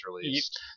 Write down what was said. released